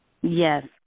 Yes